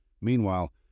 Meanwhile